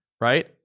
right